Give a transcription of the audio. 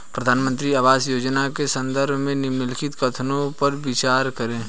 प्रधानमंत्री आवास योजना के संदर्भ में निम्नलिखित कथनों पर विचार करें?